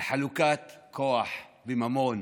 על חלוקת כוח וממון